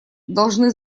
должны